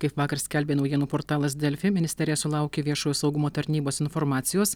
kaip vakar skelbė naujienų portalas delfi ministerija sulaukė viešojo saugumo tarnybos informacijos